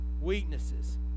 Weaknesses